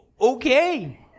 Okay